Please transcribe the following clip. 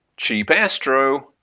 CheapAstro